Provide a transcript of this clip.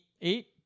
eight